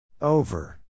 Over